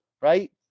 right